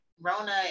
Rona